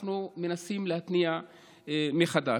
כשאנחנו מנסים להתניע מחדש.